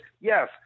yes